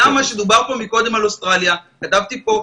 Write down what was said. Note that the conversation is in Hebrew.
גם מה שדובר פה מקודם על אוסטרליה כתבתי פה,